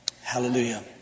Hallelujah